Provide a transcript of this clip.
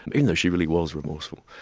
even though she really was remorseful.